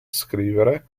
scrivere